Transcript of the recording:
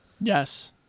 Yes